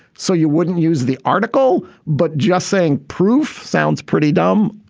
so you wouldn't use the article, but just saying proof. sounds pretty dumb.